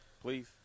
please